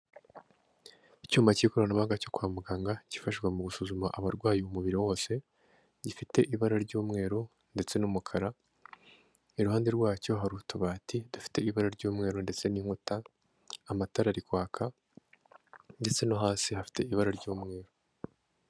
Icyuma k'ikoranabuhanga cyo kwa muganga kifashishwa mu gusuzuma abarwayi umubiri wose, gifite ibara ry'umweru ndetse n'umukara, iruhande rwacyo hari utubati dufite ibara ry'umweru ndetse n'inkuta, amatara ari kwaka ndetse no hasi hafite ibara ry'umweru.